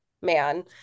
man